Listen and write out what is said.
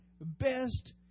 best